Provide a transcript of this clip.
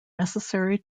necessary